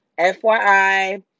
FYI